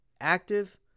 active